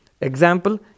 Example